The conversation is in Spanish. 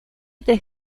tres